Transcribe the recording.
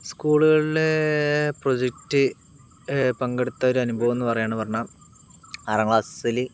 സ്കൂളുകളിലെ പ്രോജക്ട് പങ്കെടുത്ത ഒരു അനുഭവം എന്ന് പറയുക എന്ന് പറഞ്ഞാൽ ആറാം ക്ലാസില്